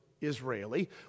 Israeli